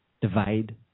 divide